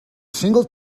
single